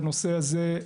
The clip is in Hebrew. בנושא הזה,